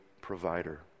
provider